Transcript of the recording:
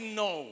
no